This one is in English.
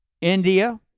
india